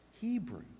Hebrew